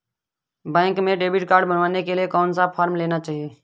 Bank में debit card बनवाने के लिए कौन सा फॉर्म लेना है?